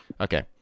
Okay